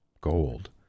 gold